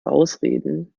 ausreden